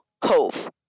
Cove